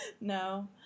no